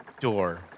door